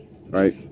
right